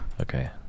Okay